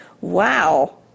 Wow